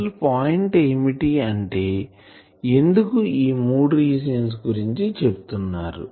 అసలు పాయింట్ ఏమిటి అంటే ఎందుకు ఈ మూడు రీజియన్స్ గురించి చెప్తున్నారు